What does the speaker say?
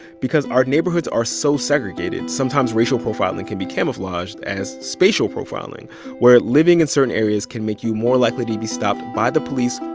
because our neighborhoods are so segregated, sometimes racial profiling and can be camouflaged as spatial profiling where living in certain areas can make you more likely to be stopped by the police.